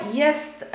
jest